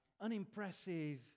unimpressive